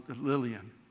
Lillian